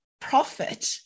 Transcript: profit